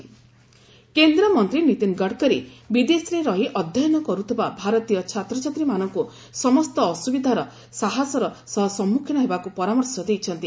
Gadkari overseas student କେନ୍ଦ୍ରମନ୍ତ୍ରୀ ନୀତିନ ଗଡକରୀ ବିଦେଶରେ ରହି ଅଧ୍ୟୟନ କରୁଥିବା ଭାରତୀୟ ଛାତ୍ରଛାତ୍ରୀମାନଙ୍କୁ ସମସ୍ତ ଅସୁବିଧାର ସାହସର ସହ ସମ୍ମୁଖୀନ ହେବାକୁ ପରାମର୍ଶ ଦେଇଛନ୍ତି